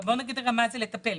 מה זה לטפל?